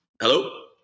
Hello